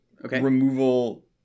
removal